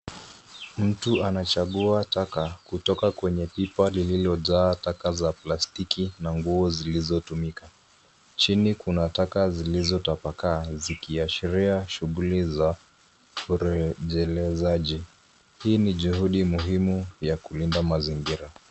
Mtu anachagua taka kutoka kwenye pipa lililojaa taka za plastiki na nguo zilizotumika. Chini kuna taka zilizotapakaa zikiashiria shughuli za urejelezaji. Hii ni juhudi muhimu ya kulinda mazingira.